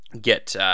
get